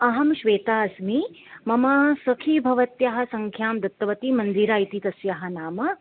अहं श्वेता अस्मि मम सखी भवत्याः सङ्ख्यां दत्तवती मन्दिरा इति तस्याः नाम